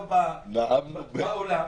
לא באולם.